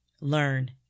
Learn